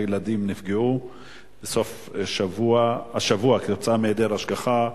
ילדים נפגעו בסוף השבוע כתוצאה מהיעדר השגחה,